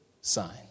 sign